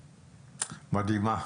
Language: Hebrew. מדהימה.